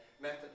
method